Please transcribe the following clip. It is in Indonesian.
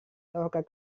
tahukah